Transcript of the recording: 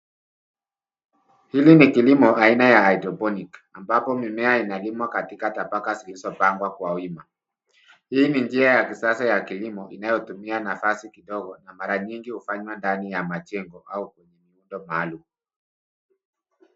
Hili ni kilimo aina ya [cs ] hydroponic [cs ] ambapo mimea inalimwa katika tabaka zilizo pangwa kwa wima. Hii ni njia ya kisasa ya kilimo inayotumia nafasi kidogo na mara nyingi hufanywa ndani ya majengo au kituo maalum.